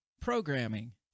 programming